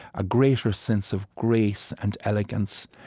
a greater sense of grace and elegance,